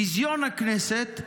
ביזיון הכנסת.